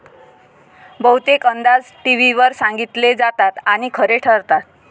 बहुतेक अंदाज टीव्हीवर सांगितले जातात आणि खरे ठरतात